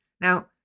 Now